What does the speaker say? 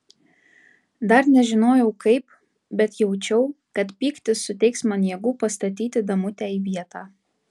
dar nežinojau kaip bet jaučiau kad pyktis suteiks man jėgų pastatyti damutę į vietą